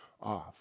off